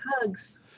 hugs